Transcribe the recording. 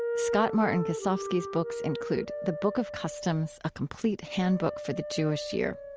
and scott-martin kosofsky's books include the book of customs a complete handbook for the jewish year.